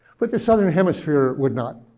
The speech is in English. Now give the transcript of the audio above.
but the southern hemisphere would not.